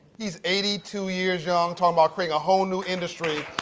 he's eighty two years young talking about bringing a whole new industry.